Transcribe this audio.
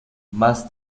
más